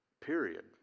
period